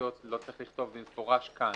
הסנקציות לא צריך לכתוב במפורש כאן?